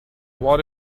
what